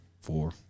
four